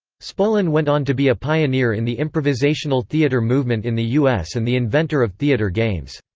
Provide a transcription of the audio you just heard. spolin went on to be a pioneer in the improvisational theater movement in the us and the inventor of theater games.